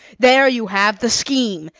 there you have the scheme.